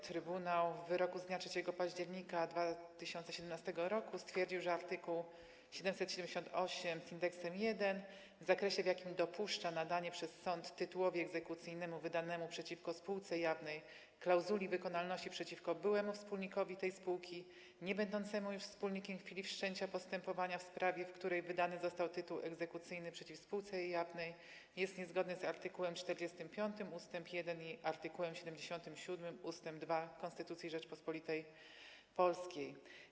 Trybunał w wyroku z dnia 3 października 2017 r. stwierdził, że art. 778 w zakresie, w jakim dopuszcza nadanie przez sąd tytułowi egzekucyjnemu wydanemu przeciwko spółce jawnej klauzuli wykonalności przeciwko byłemu wspólnikowi tej spółki niebędącemu już wspólnikiem w chwili wszczęcia postępowania w sprawie, w której wydany został tytuł egzekucyjny przeciw spółce jawnej, jest niezgodny z art. 45 ust. 1 i art. 77 ust. 2 Konstytucji Rzeczypospolitej Polskiej.